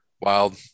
Wild